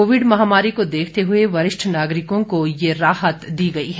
Covid महामारी को देखते हुए वरिष्ठ नागरिकों को यह राहत दी गई है